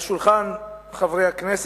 על שולחן חברי הכנסת,